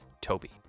Toby